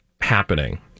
happening